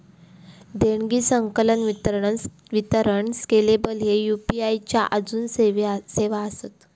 देणगी, संकलन, वितरण स्केलेबल ह्ये यू.पी.आई च्या आजून सेवा आसत